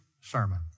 sermon